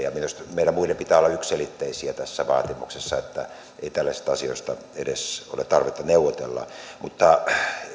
meidän muiden pitää olla yksiselitteisiä tässä vaatimuksessa että ei tällaisista asioista ole edes tarvetta neuvotella mutta en